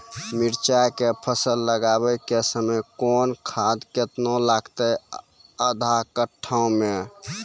मिरचाय के फसल लगाबै के समय कौन खाद केतना लागतै आधा कट्ठा मे?